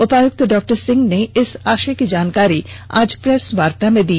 उपायुक्त डॉ सिंह ने इस आशय की जानकारी आज प्रेस वार्ता के दौरान दी